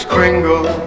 Kringle